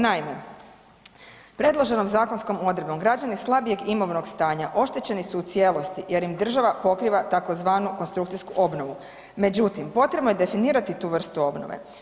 Naime, predloženom zakonskom odredbom građani slabijeg imovnog stanja oštećeni su u cijelosti jer im država pokriva tzv. konstrukcijsku obnovu, međutim potrebno je definirati tu vrstu obnove.